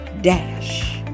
Dash